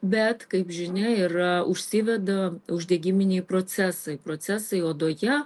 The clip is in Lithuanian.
bet kaip žinia yra užsiveda uždegiminiai procesai procesai odoje